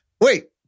wait